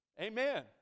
Amen